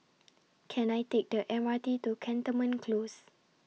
Can I Take The M R T to Cantonment Close